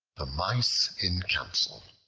the mice in council